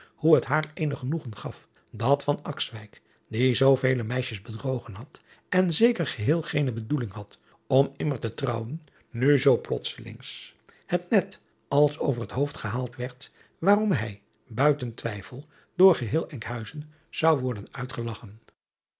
hoe het haar eenig genoegen gaf dat die zoovele meisjes bedrogen had en zeker geheel geene bedoeling had om immer te trouwen nu zoo plotselings het net als over het hoofd gehaald werd waarom hij buiten twijfel door geheel nkhuizen zou worden uitgelagchen